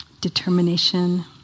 determination